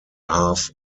half